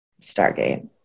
Stargate